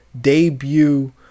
debut